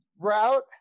route